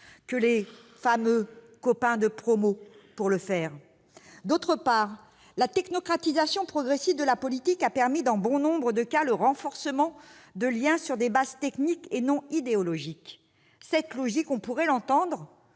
que les fameux « copains de promo » pour le faire ? D'autre part, la technocratisation progressive de la politique a permis dans bon nombre de cas le renforcement de liens sur des fondements techniques et non idéologiques. Cette logique pouvait s'entendre